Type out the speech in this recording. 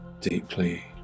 deeply